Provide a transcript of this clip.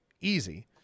easy